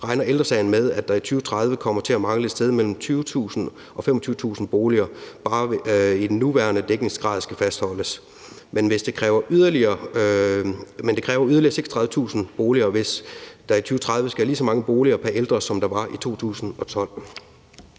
regner Ældre Sagen med, at der i 2030 kommer til at mangle et sted mellem 20.000 og 25.000 boliger, bare den nuværende dækningsgrad skal fastholdes. Men det kræver yderligere 36.000 boliger, hvis der i 2030 skal være lige så mange boliger pr. ældre, som der var i 2012.